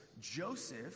Joseph